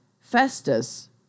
Festus